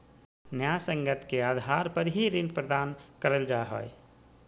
न्यायसंगत के आधार पर ही ऋण प्रदान करल जा हय